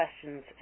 questions